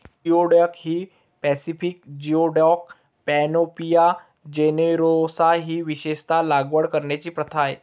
geoduck ही Pacific geoduck, Panopea generosa ही विशेषत लागवड करण्याची प्रथा आहे